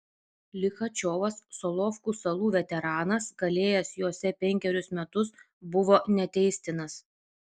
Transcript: lichačiovas solovkų salų veteranas kalėjęs jose penkerius metus buvo neteistinas